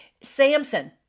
Samson